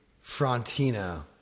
Frontino